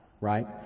right